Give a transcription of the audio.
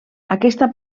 aquesta